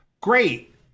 Great